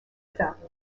fountain